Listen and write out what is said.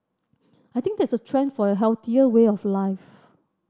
I think there's a trend for a healthier way of life